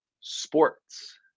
sports